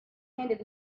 handed